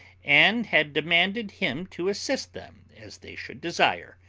and had commanded him to assist them as they should desire,